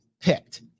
picked